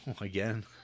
again